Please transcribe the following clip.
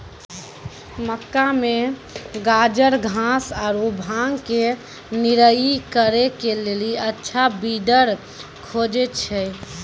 मक्का मे गाजरघास आरु भांग के निराई करे के लेली अच्छा वीडर खोजे छैय?